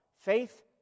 Faith